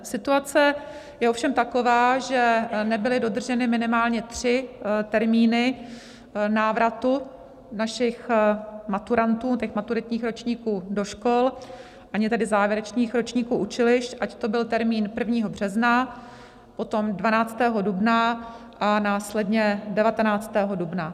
Situace je ovšem taková, že nebyly dodrženy minimálně tři termíny návratu našich maturantů, maturitních ročníků do škol, ani tedy závěrečných ročníků učilišť, ať to byl termín 1. března, potom 12. dubna a následně 19. dubna.